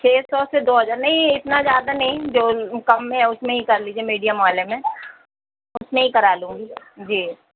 چھ سو دو ہزار نہیں اتنا زیادہ نہیں جو کم ہے اُس میں ہی کر لیجیے میڈیم والے میں اُس میں ہی کرا لوں گی جی